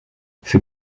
ses